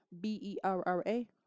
B-E-R-R-A